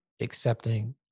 accepting